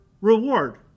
reward